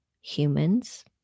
humans